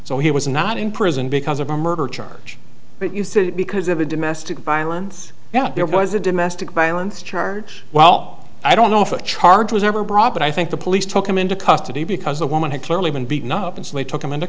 so he was not in prison because of a murder charge but you say because of a domestic violence that there was a domestic violence charge well i don't know if a charge was ever brought but i think the police took him into custody because the woman had clearly been beaten up and so they took him into